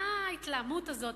מה ההתלהמות הזאת,